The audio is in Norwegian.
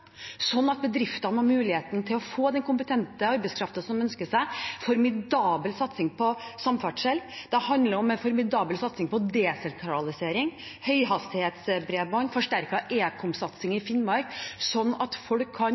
bedriftene har mulighet til å få den kompetente arbeidskraften som de ønsker deg, og en formidabel satsing på samferdsel. Det handler om en formidabel satsing på desentralisering, høyhastighetsbredbånd, forsterket ekomsatsing i Finnmark, så folk kan